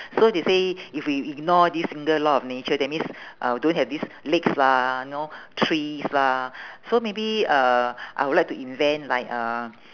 so they say if we ignore this single law of nature that means uh don't have this lakes lah you know trees lah so maybe uh I would like to invent like uh